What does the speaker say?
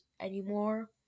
anymore